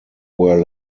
were